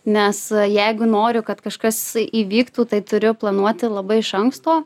nes jeigu noriu kad kažkas įvyktų tai turiu planuoti labai iš anksto